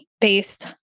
based